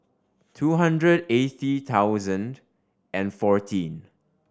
two hundred eighty thousand and fourteen